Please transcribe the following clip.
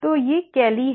तो ये कैली हैं